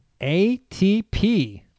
ATP